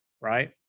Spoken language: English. right